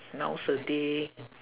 nowaday